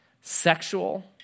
Sexual